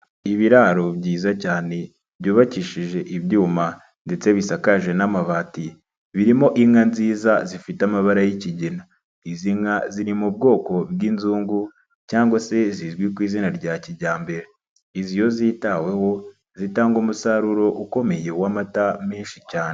Ibiraro byiza cyane byubakishije ibyuma ndetse bisakaje n'amabati, birimo inka nziza zifite amabara y'ikigina. Izi nka ziri mu bwoko bw'inzungu cyangwa se zizwi ku izina rya kijyambere, izi iyo zitaweho zitanga umusaruro ukomeye w'amata menshi cyane.